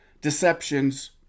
deceptions